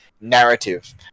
narrative